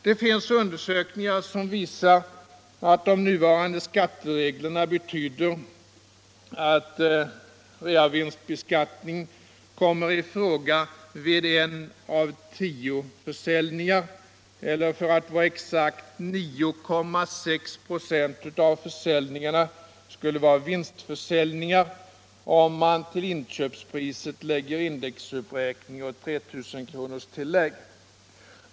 Det finns undersökningar som visar att de nuvarande skattereglerna betyder att reavinstbeskattning kommer i fråga vid en av tio försäljningar. Eller för att vara exakt: 9,6 96 av försäljningarna skulle vara vinstförsäljningar, om man till inköpspriset lägger indexuppräkning och 3 000 kronorstillägg.